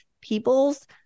people's